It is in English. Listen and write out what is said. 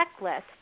checklist